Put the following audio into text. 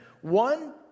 One